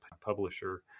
Publisher